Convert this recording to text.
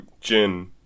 Gin